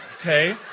Okay